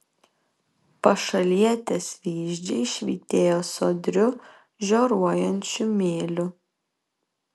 pašalietės vyzdžiai švytėjo sodriu žioruojančiu mėliu